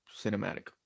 cinematic